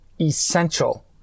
essential